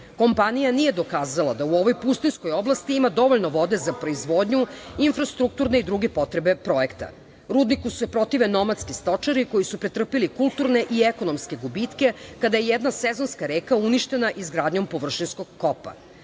Kompanija, nije dokazala da u ovoj pustinjskoj oblasti ima dovoljno vode za proizvodnju infrastrukturne i druge potrebe projekta, rudniku se protive nomadski stočari koji su pretrpeli kulturne i ekonomske gubitke kada je jedna sezonska reka uništena izgradnjom površinskog kopa. Rio